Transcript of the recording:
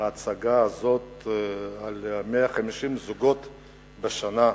ההצגה הזאת היא על 150 זוגות בשנה,